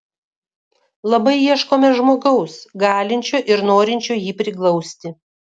labai ieškome žmogaus galinčio ir norinčio jį priglausti